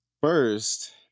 first